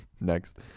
Next